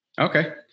okay